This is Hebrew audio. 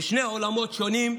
אלה שני עולמות שונים,